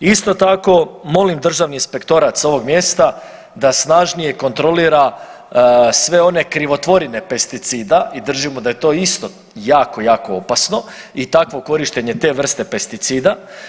Isto tako molim Državni inspektorat sa ovog mjesta da snažnije kontrolira sve one krivotvorine pesticida i držimo da je to isto jako, jako opasno i takvo korištenje te vrste pesticida.